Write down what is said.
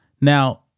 Now